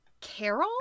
carol